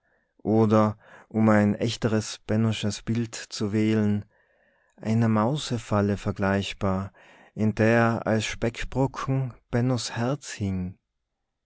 oder um ein echteres bennosches bild zu wählen einer mausefalle vergleichbar in der als speckbrocken bennos herz hing